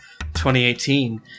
2018